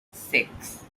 six